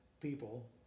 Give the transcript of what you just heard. people